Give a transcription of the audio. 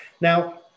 Now